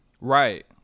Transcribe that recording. Right